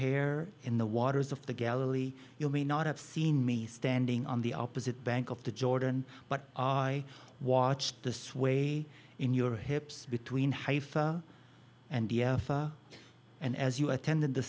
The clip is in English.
hair in the waters of the galilee you may not have seen me standing on the opposite bank of the jordan but i watched the sway in your hips between haifa and dia and as you attended the